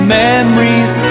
memories